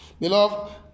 Beloved